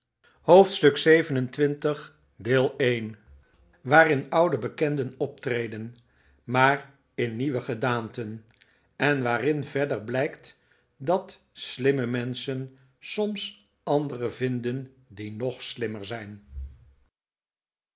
hoofdstuk xxvii waarin oude bekenden optreden maar in nieuwe gedaanten en waarin verder blijkt dat slimme menschen soms andere vinden die nog slimmer zijn